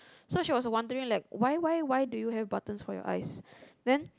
so she was wondering like why why why do you have buttons for your eyes